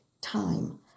time